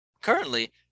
Currently